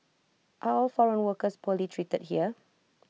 are all foreign workers poorly treated here